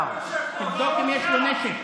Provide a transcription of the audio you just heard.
אביגדור, תבדוק אם יש לו נשק.